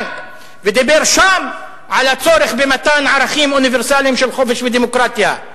ודיבר על הצורך במתן ערכים אוניברסליים של חופש ודמוקרטיה.